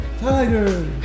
Tiger